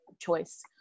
choice